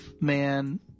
man